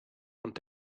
und